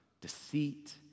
deceit